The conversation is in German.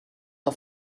auf